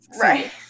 Right